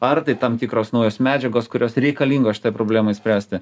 ar tai tam tikros naujos medžiagos kurios reikalingos šitai problemai spręsti